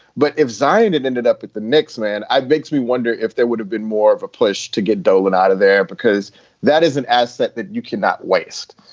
but if zion it ended up with the knicks man, i'd makes me wonder if there would have been more of a push to get dolan out of there, because that is an asset that you cannot waste.